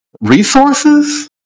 resources